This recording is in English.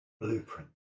blueprint